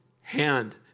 hand